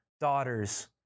daughters